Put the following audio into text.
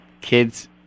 kids